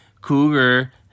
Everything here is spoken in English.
Cougar